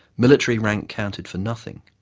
military rank counted for nothing